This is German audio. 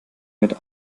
mit